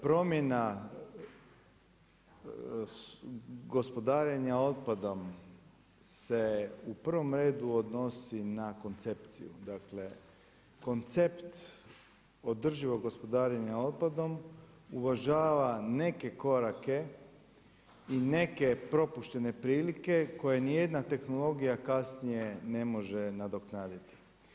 Promjena gospodarenja otpadom se u prvom redu odnosi na koncepciju, dakle koncept održivog gospodarenja otpadom uvažava neke korake i neke propuštene prilike koje nijedna tehnologija kasnije ne može nadoknaditi.